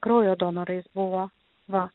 kraujo donorais buvo va